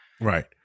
Right